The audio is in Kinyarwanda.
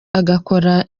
agakora